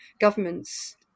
governments